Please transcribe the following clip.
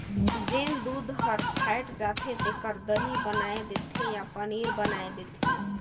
जेन दूद हर फ़ायट जाथे तेखर दही बनाय देथे या पनीर बनाय देथे